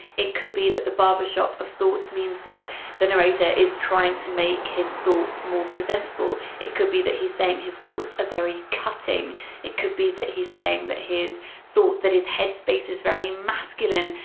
it could be that the barber shop of thoughts means that the narrator is trying to make his thoughts more presentable it could be that he's saying his thoughts are very cutting it could be that he's saying that his so that his head space is very masculine.